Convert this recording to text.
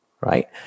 right